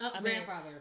Grandfather